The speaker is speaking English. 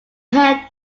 head